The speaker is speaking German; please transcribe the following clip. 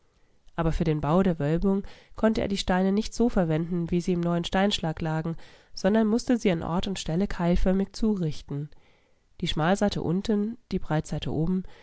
aber für den bau der wölbung konnte er die steine nicht so verwenden wie sie im neuen steinschlag lagen sondern mußte sie an ort und stelle keilförmig zurichten die schmalseite unten die breitseite oben